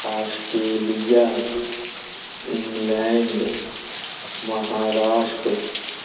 Australia England Maharashtra